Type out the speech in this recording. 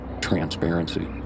Transparency